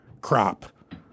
crop